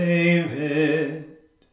David